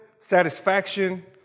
satisfaction